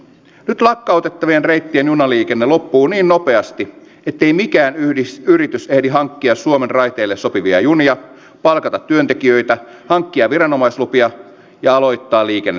nyt lakkautettavien reittien junaliikenne loppuu niin nopeasti ettei mikään yritys ehdi hankkia suomen raiteille sopivia junia palkata työntekijöitä hankkia viranomaislupia ja aloittaa liikennettä ajoissa